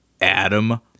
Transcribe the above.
Adam